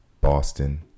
Boston